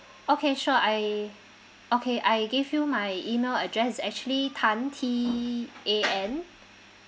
okay sure I okay I give you my email address it's actually tan T A N